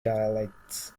dialects